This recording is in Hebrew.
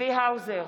צבי האוזר,